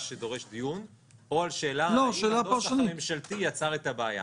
שדורש דיון או שאלה אם הנוסח הממשלתי יצר את הבעיה.